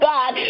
God